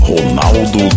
Ronaldo